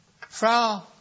Frau